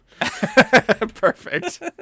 Perfect